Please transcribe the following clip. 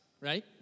right